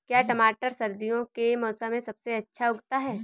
क्या टमाटर सर्दियों के मौसम में सबसे अच्छा उगता है?